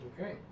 Okay